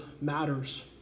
matters